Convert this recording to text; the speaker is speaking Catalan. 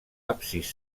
absis